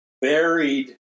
Buried